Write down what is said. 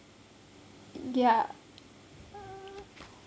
ya